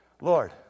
Lord